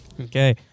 Okay